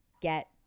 get